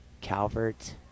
Calvert